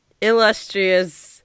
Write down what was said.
illustrious